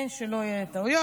שלא יהיו טעויות.